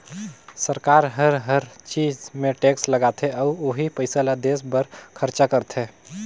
सरकार हर हर चीच मे टेक्स लगाथे अउ ओही पइसा ल देस बर खरचा करथे